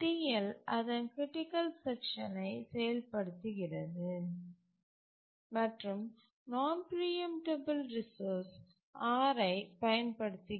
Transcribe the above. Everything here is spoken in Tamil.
TL அதன் க்ரிட்டிக்கல் செக்ஷன் ஐ செயல்படுத்துகிறது மற்றும் நான்பிரீஎம்டபல் ரிசோர்ஸ் R ஐ பயன்படுத்துகிறது